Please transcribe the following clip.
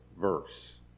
verse